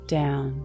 down